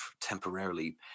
temporarily